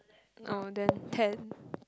oh then ten